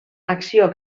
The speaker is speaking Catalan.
acció